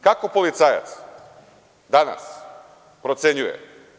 Kako policajac danas procenjuje?